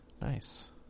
nice